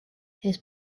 his